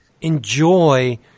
enjoy